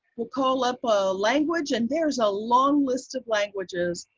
will call up a language, and there is a long list of languages.